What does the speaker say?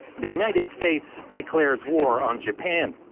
the united states declares war on japan.